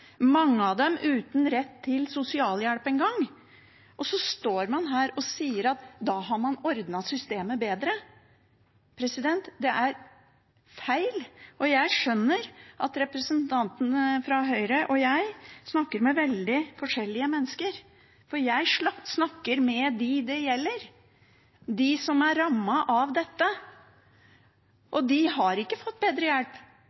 mange av dem uten rett til sosialhjelp engang. Og så står man her og sier at da har man ordnet systemet bedre. Det er feil. Jeg skjønner at representantene fra Høyre og jeg snakker med veldig forskjellige mennesker. Jeg snakker med dem det gjelder, de som er rammet av dette, og de har ikke fått bedre hjelp.